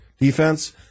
defense